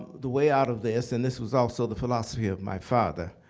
the way out of this and this was also the philosophy of my father,